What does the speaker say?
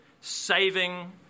saving